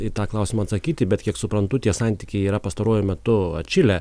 į tą klausimą atsakyti bet kiek suprantu tie santykiai yra pastaruoju metu atšilę